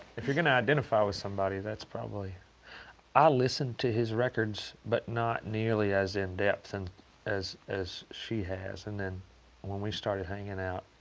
if you're going to identify with somebody, that's probably ah listen to his records, but not nearly as in depth in as as she has. and then when we started hanging out,